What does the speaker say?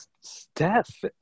Steph